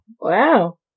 Wow